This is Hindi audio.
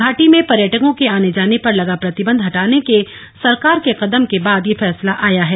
घाटी में पर्यटकों के आने जाने पर लगा प्रतिबंध हटाने के सरकार के कदम के बाद यह फैसला आया है